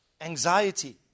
anxiety